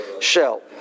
shell